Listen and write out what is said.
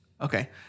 Okay